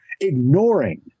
Ignoring